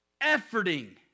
efforting